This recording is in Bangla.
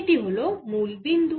এটি হল মুল বিন্দু